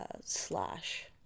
slash